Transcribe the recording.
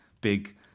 big